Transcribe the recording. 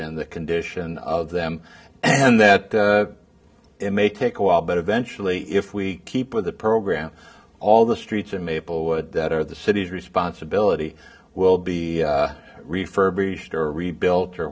in the condition of them and that it may take a while but eventually if we keep with the program all the streets in maplewood that are the city's responsibility will be refurbished or rebuilt or